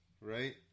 right